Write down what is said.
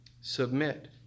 submit